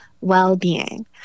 well-being